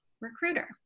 recruiter